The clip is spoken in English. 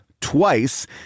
twice